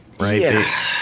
Right